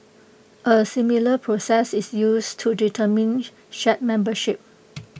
A similar process is used to determine shard membership